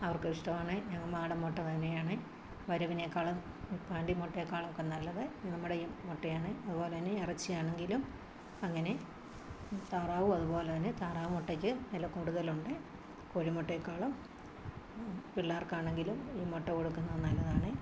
അവർക്ക് ഇഷ്ടമാണ് ഞങ്ങൾ നാടൻ മുട്ട തന്നെയാണ് വരവിനെക്കാളും പാണ്ടിമുട്ടയേക്കാളൊക്കെ നല്ലത് നമ്മുടെ ഈ മുട്ടയാണ് അതുപോലെതന്നെ ഇറച്ചി ആണെങ്കിലും അങ്ങനെ താറാവ് അതുപോലെ തന്നെ താറാവ് മുട്ടയ്ക്ക് വില കൂടുതൽ ഉണ്ട് കോഴിമുട്ടയെക്കാളും പിള്ളേർക്കാണെങ്കിലും ഈ മുട്ട കൊടുക്കുന്നതു നല്ലതാണ്